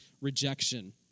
rejection